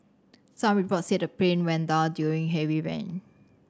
some reports said the plane went down during heavy rain